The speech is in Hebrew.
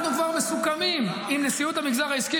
אנחנו כבר מסוכמים עם נשיאות המגזר העסקי,